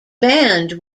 band